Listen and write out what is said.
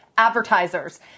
advertisers